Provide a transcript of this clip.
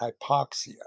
hypoxia